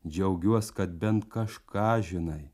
džiaugiuosi kad bent kažką žinai